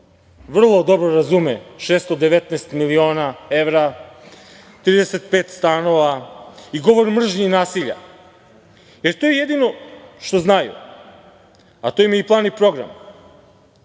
vrlo dobro razume 619 miliona evra, 35 stanova i govor mržnje i nasilje, jer to je jedino što znaju, a to im je i plan i program.